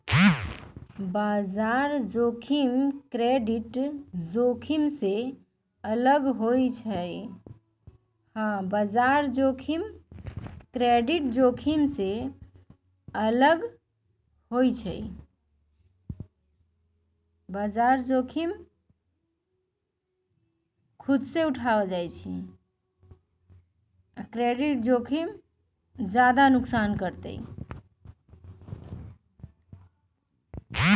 बजार जोखिम क्रेडिट जोखिम से अलग होइ छइ